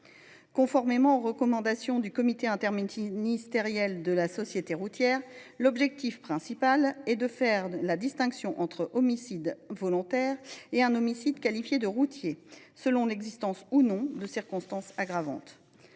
Conformément aux recommandations du comité interministériel de la sécurité routière, l’objectif principal est de faire la distinction entre un « homicide volontaire » et un homicide qualifié de « routier », selon l’existence, ou non, de circonstances aggravantes.